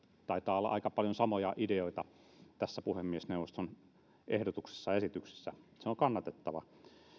taitaa olla aika paljon samoja ideoita tässä puhemiesneuvoston ehdotuksessa se on kannatettava